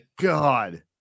God